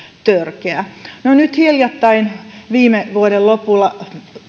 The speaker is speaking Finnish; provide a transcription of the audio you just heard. törkeä nyt hiljattain viime vuoden lopulla